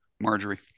Marjorie